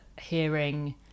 hearing